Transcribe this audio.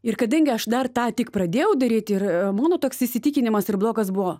ir kadangi aš dar tą tik pradėjau daryti ir mano toks įsitikinimas ir blokas buvo